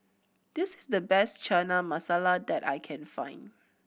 this is the best Chana Masala that I can find